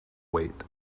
wait